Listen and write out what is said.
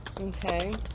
okay